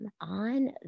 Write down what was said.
on